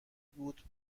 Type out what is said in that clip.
بود